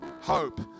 hope